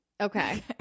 Okay